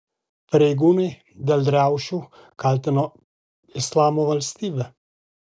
pareigūnai dėl riaušių kaltino islamo valstybę